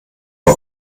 bei